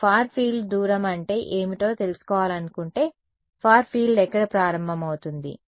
మీరు far field దూరం అంటే ఏమిటో తెలుసుకోవాలనుకుంటే ఫార్ ఫీల్డ్ ఎక్కడ ప్రారంభమవుతుంది